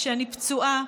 כשאני פצועה,